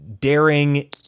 daring